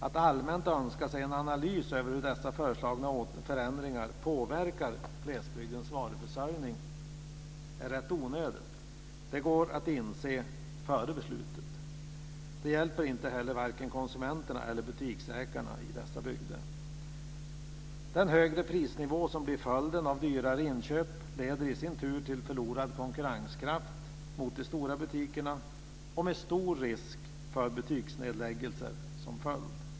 Att allmänt önska sig en analys över hur dessa föreslagna förändringar påverkar glesbygdens varuförsörjning är rätt onödigt. Det går att inse före beslutet. Det hjälper inte heller vare sig konsumenterna eller butiksägarna i dessa bygder. Den högre prisnivå som blir följden av dyrare inköp leder i sin tur till förlorad konkurrenskraft mot de stora butikerna, med stor risk för butiksnedläggningar som följd.